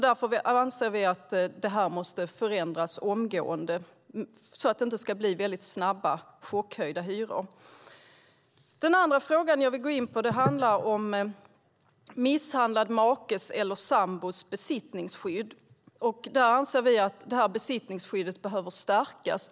Därför anser vi att det här måste förändras omgående så att det inte blir väldigt snabbt chockhöjda hyror. Den andra frågan jag vill gå in på handlar om misshandlad makes eller sambos besittningsskydd. Vi anser att det besittningsskyddet behöver stärkas.